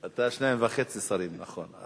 אתה שניים וחצי שרים, נכון.